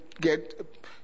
get